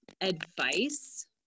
advice